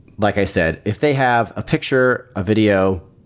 like i said, if they have a picture, ah video,